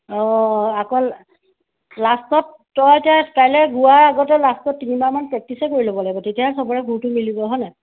অঁ আকৌ লাষ্টত তই এতিয়া কাইলৈ গোৱা আগতে লাষ্টত তিনিবাৰমান প্ৰেক্টিচে কৰি ল'ব লাগিব তেতিয়াহে সবৰে সুৰটো মিলিব হয় নাই